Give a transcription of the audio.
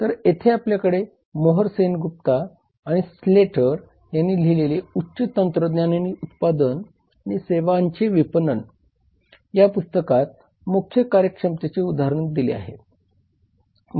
तर येथे आपल्याकडे मोहर सेनगुप्ता आणि स्लेटर यांनी लिहिलेल्या उच्च तंत्रज्ञान आणि उत्पादन आणि सेवांचे विपणन या पुस्तकात मुख्य कार्यक्षमतेचे उदाहरण दिले आहे